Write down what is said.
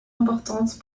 importante